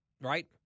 Right